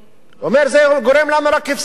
הוא אומר, זה גורם לנו רק הפסדים,